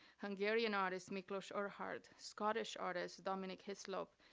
hungarian artist miklos erhardt, scottish artist dominic hislop,